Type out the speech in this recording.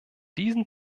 diesen